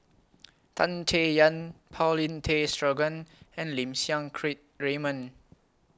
Tan Chay Yan Paulin Tay Straughan and Lim Siang Keat Raymond